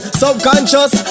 subconscious